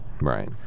Right